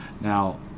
Now